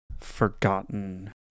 forgotten